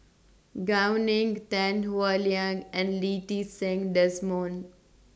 Gao Ning Tan Howe Liang and Lee Ti Seng Desmond